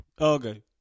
Okay